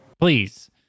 Please